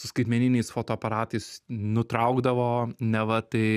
su skaitmeniniais fotoaparatais nutraukdavo neva tai